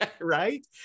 right